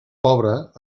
pobra